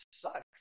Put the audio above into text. sucks